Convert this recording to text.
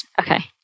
okay